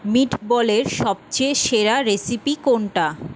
মিটবলের সবচেয়ে সেরা রেসিপি কোনটা